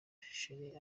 cher